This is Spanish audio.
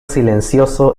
silencioso